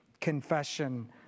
confession